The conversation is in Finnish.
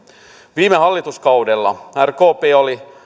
viime hallituskaudella rkp oli